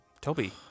Toby